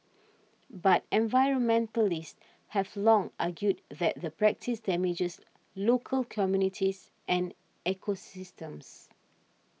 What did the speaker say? but environmentalists have long argued that the practice damages local communities and ecosystems